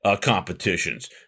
competitions